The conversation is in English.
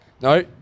No